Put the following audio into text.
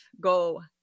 go